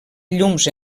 llums